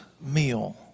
meal